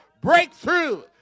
breakthrough